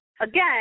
again